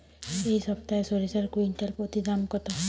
এই সপ্তাহে সরিষার কুইন্টাল প্রতি দাম কত?